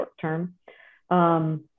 short-term